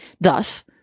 Thus